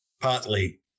partly